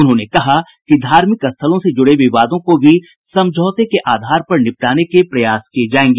उन्होंने कहा कि धार्मिक स्थलों से जुड़े विवादों को भी समझौते के आधार पर निपटाने का प्रयास किया जायेगा